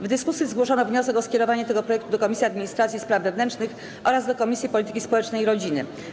W dyskusji zgłoszono wniosek o skierowanie tego projektu do Komisji Administracji i Spraw Wewnętrznych oraz do Komisji Polityki Społecznej i Rodziny.